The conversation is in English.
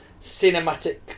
cinematic